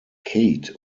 kate